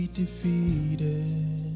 defeated